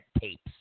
tapes